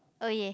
oh yeah